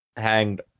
hanged